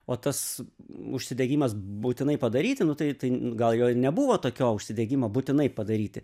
o tas užsidegimas būtinai padaryti nu tai tai gal jo ir nebuvo tokio užsidegimo būtinai padaryti